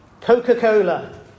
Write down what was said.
Coca-Cola